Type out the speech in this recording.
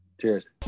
Cheers